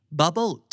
bubble